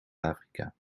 afrika